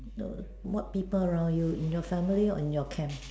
no what people around you in your family or in your camp